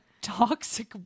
toxic